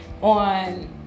on